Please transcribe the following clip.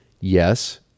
Yes